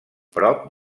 prop